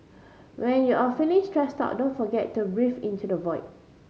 when you are feeling stressed out don't forget to breathe into the void